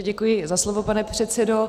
Děkuji za slovo, pane předsedo.